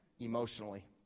Emotionally